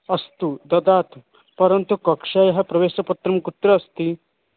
अस्तु ददातु परन्तु कक्षायाः प्रवेशपत्रं कुत्र अस्ति